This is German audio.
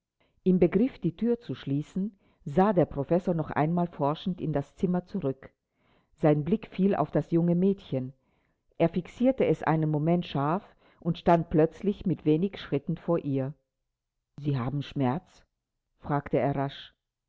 im begriff die thür zu schließen sah der professor noch einmal forschend in das zimmer zurück sein blick fiel auf das junge mädchen er fixierte es einen moment scharf und stand plötzlich mit wenig schritten vor ihr sie haben schmerz fragte er rasch